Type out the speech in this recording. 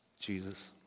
Jesus